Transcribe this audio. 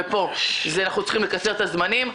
ופה אנחנו צריכים לקצר את הזמנים,